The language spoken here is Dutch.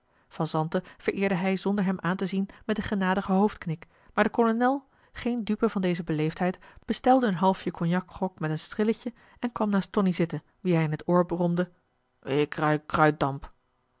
van zanten vereerde hij zonder hem aantezien met een genadigen hoofdknik maar de kolonel geen dupe van deze beleefdheid bestelde een haltje cognac grog met een schilletje en kwam naast tonie zitten wien hij in het oor bromde ik ruik